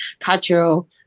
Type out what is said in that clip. cultural